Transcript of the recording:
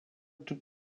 toute